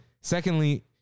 Secondly